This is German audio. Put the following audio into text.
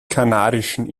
kanarischen